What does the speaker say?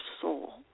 soul